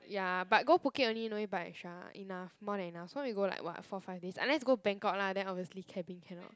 ya but go Phuket only no need buy extra enough more than enough so we go like what four five days unless go Bangkok lah then obviously cabin cannot